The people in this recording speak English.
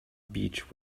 beach